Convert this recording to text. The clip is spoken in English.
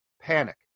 panic